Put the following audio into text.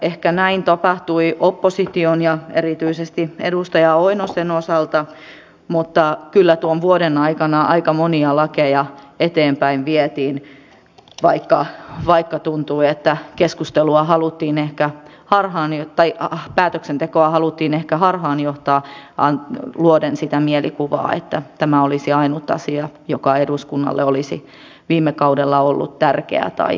ehkä näin tapahtui opposition ja erityisesti edustaja oinosen osalta mutta kyllä tuon vuoden aikana aika monia lakeja eteenpäin vietiin vaikka tuntui että keskustelua haluttiin ehkä harhaania tai aah päätöksentekoa haluttiin ehkä harhaan johtaa luoden sitä mielikuvaa että tämä olisi ainut asia joka eduskunnalle olisi viime kaudella ollut tärkeä tai käsittelyssä